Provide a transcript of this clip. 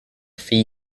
fee